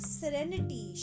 serenity